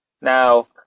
Now